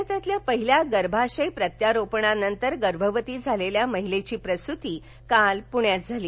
भारतातील पहिल्या गर्भाशय प्रत्यारोपणानंतर गर्भवती झालेल्या महिलेची प्रसूती काल पुण्यात झाली